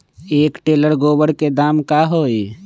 एक टेलर गोबर के दाम का होई?